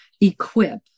equip